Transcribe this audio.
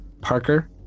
Parker